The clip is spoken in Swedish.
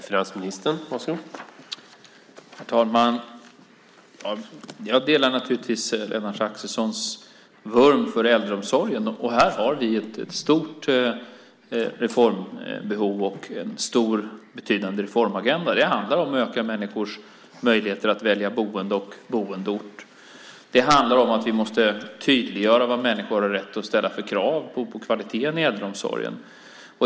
Herr talman! Jag delar naturligtvis Lennart Axelssons vurm för äldreomsorgen. Här har vi ett stort reformbehov och en stor betydande reformagenda. Det handlar om att öka människors möjligheter att välja boende och boendeort. Det handlar om att vi måste tydliggöra vilka krav människor har rätt att ställa på kvaliteten i äldreomsorgen.